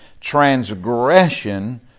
transgression